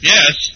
Yes